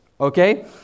okay